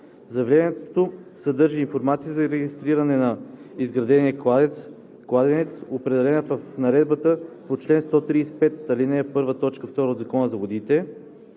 Заявлението съдържа информацията за регистриране на изграден кладенец, определена в наредбата по чл. 135, ал. 1, т. 2 от Закона за водите.“